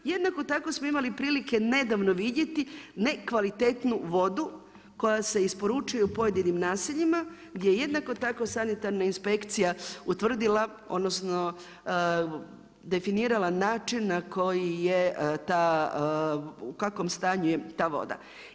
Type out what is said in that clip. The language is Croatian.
Jednako tako smo imali prilike nedavno vidjeti nekvalitetnu vodu koja se isporučuje u pojedinim naseljima, gdje je jednako tako Sanitarna inspekcija utvrdila, odnosno definirala način na koji je ta, u kakvom stanju je ta voda.